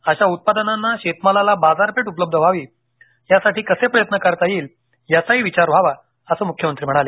अशा उत्पादनांना शेतमालाला बाजारपेठ उपलब्ध व्हावी यासाठी कसे प्रयत्न करता येईल याचाही विचार व्हावा असं मुख्यमंत्री म्हणाले